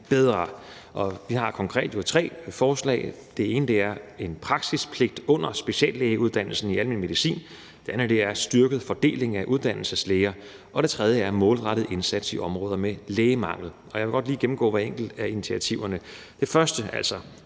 bedre. Vi har konkret jo tre forslag. Det ene er en praksispligt under speciallægeuddannelsen i almen medicin, det andet er at styrke fordelingen af uddannelseslæger, og det tredje er en målrettet indsats i områder med lægemangel, og jeg vil godt lige gennemgå hver enkelt af initiativerne. Det første